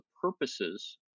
purposes